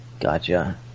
gotcha